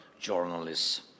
journalists